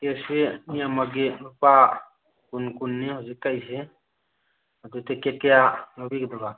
ꯇꯤꯛꯀꯦꯠꯁꯦ ꯃꯤ ꯑꯃꯒꯤ ꯂꯨꯄꯥ ꯀꯨꯟ ꯀꯨꯟꯅꯤ ꯍꯧꯖꯤꯛ ꯀꯛꯏꯁꯦ ꯑꯗꯣ ꯇꯤꯛꯀꯦꯠ ꯀꯌꯥ ꯂꯧꯕꯤꯒꯗꯕ